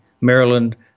Maryland